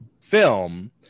film